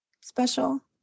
special